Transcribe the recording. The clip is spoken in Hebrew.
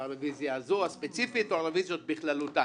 הזו הספציפית או הרביזיות בכללותן.